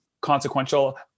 consequential